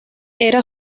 era